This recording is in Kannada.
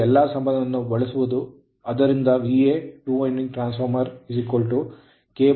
ಈ ಎಲ್ಲಾ ಸಂಬಂಧವನ್ನು ಬಳಸುವುದು